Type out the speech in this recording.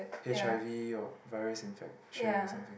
H_I_V or virus infection or something